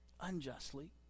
unjustly